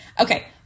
Okay